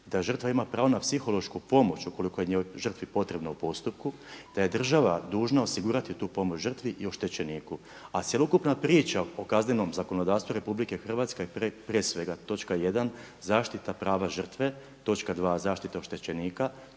da žrtva ima pravo na psihološku pomoć ukoliko je žrtvi potrebno u postupku. Da je država dužna osigurati tu pomoć žrtvi i oštećeniku, a cjelokupna priča o kaznenom zakonodavstvu Republike Hrvatske je prije svega točka 1. zaštita prava žrtve, točka 2. zaštita oštećenika,